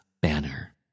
banner